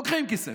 לוקחים כסף,